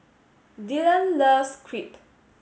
Dillon loves Crepe